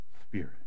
spirit